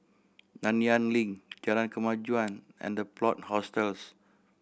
Nanyang Link Jalan Kemajuan and The Plot Hostels